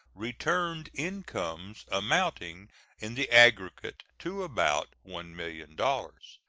returned incomes amounting in the aggregate to about one million dollars.